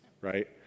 right